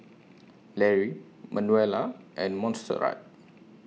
Lary Manuela and Montserrat